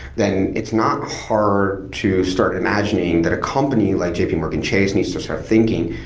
then it's not hard to start imagining that a company like jpmorgan chase needs to start thinking,